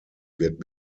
wird